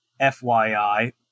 fyi